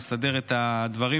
לסדר את הדברים,